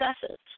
successes